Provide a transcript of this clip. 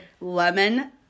Lemon